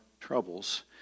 troubles